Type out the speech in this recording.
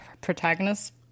protagonist